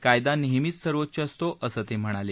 कायदा नेहमीच सर्वोच्च असतो असं ते म्हणाले